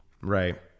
Right